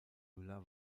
müller